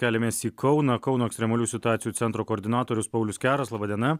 keliamės į kauną kauno ekstremaliųjų situacijų centro koordinatorius paulius keras laba diena